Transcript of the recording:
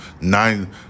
Nine